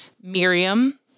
Miriam